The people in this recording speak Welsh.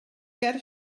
ger